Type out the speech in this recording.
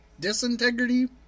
Disintegrity